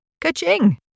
Ka-ching